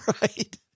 Right